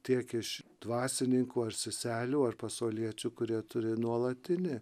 tiek iš dvasininkų ar seselių ar pasauliečių kurie turi nuolatinį